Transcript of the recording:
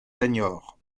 seniors